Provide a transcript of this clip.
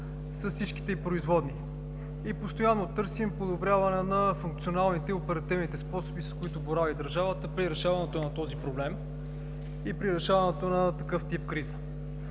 с всичките й производни, и постоянно търсим подобряване на функционалните и оперативните способи, с които борави държавата при решаването на този проблем и при решаването на такъв тип криза.